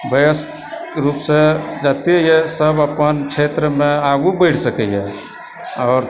वयस्के रूपसँ जते यऽ सब अपन क्षेत्रमे आगू बढ़ि सकैए आओर